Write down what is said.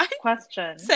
question